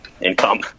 income